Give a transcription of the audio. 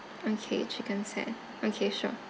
okay chicken set okay sure